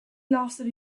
lasted